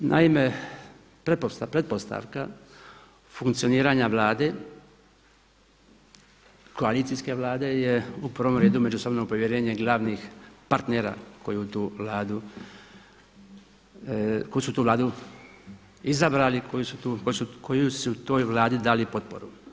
Naime, pretpostavka funkcioniranja Vlade koalicijske Vlade je u prvom redu međusobno povjerenje glavnih partnera koji su tu Vladu izabrali, koji su toj Vladi dali potporu.